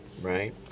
right